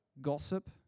gossip